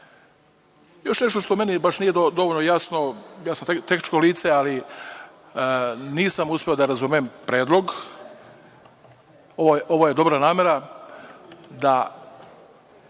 nešto što meni baš nije dovoljno jasno. Ja sam tehničko lice, ali nisam uspeo da razumem predlog, ovo je dobra namera, da